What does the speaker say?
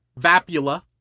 Vapula